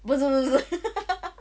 不是不是